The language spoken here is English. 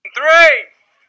three